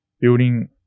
building